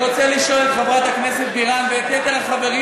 אני רוצה לשאול את חברת הכנסת בירן ואת יתר החברים